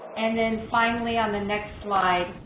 and then finally on the next slide,